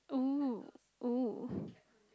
!woo! !woo!